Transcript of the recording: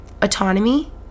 autonomy